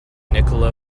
nikola